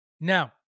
Now